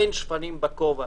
אין שפנים בכובע,